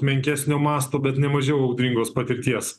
menkesnio masto bet ne mažiau audringos patirties